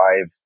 five